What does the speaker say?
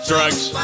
Drugs